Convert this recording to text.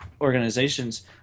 organizations